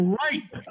right